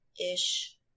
ish